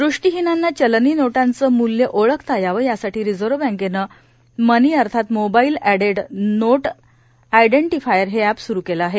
दृष्टीहीनांना चलनी नोटांचं मूल्य ओळखता यावं यासाठी रिझर्व बँकेनं मनी अर्थात मोबाईल अष्ठेड नोट आयडेंटिफायर हे अप्ट स्रू केलं आहे